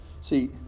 See